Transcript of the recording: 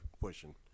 pushing